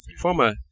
Former